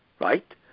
right